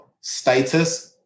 status